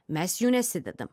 mes jų nesidedam